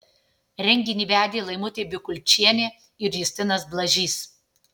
renginį vedė laimutė bikulčienė ir justinas blažys